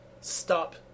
stop